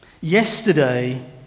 yesterday